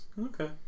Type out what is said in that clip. Okay